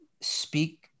speak